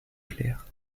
clair